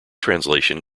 translation